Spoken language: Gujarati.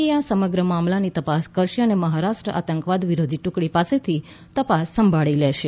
એ આ સમગ્ર મામલાની તપાસ કરશે અને મહારાષ્ટ્ર આતંકવાદ વિરોધી ટુકડી પાસેથી તપાસ સંભાળી લેશે